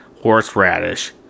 horseradish